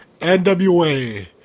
NWA